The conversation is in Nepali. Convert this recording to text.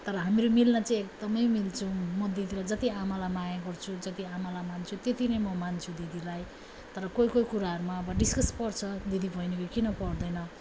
तर हामीहरू मिल्न चाहिँ एकदम मिल्छौँ म दिदीलाई जति आमालाई माया गर्छु जति आमालाई मान्छु त्यति नै म मान्छु दिदीलाई तर कोही कोही कुराहरूमा अब डिसकस पर्छ दिदी बहिनीको किन पर्दैन